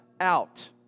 out